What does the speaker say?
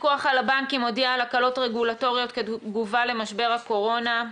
הפיקוח על הבנקים הודיע על הקלות רגולטוריות כתגובה למשבר הקורונה,